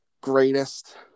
greatest